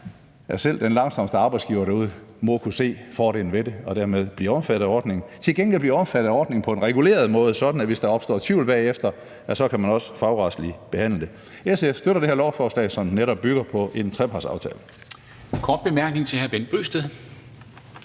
at selv den langsomste arbejdsgiver derude må kunne se fordelen ved at blive omfattet af ordningen på en reguleret måde, sådan at hvis der opstår tvivl bagefter, så kan man også fagretsligt behandle det. SF støtter det her lovforslag, som netop bygger på en trepartsaftale.